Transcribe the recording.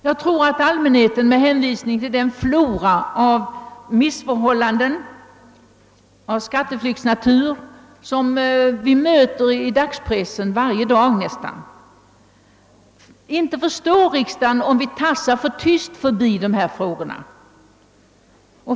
Jag tror att allmänheten med hänsyn till de många missförhållanden och fall av skattesmitning som man nära nog dagligen kan läsa om i pressen inte skulle förstå riksdagen, om vi tassar för tyst förbi dessa frågor.